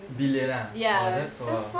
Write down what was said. billion ah oh that's !wah!